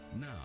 now